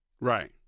Right